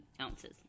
ounces